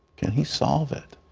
can he solve it?